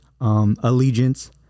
allegiance